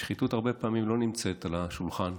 שחיתות הרבה פעמים לא נמצאת על השולחן,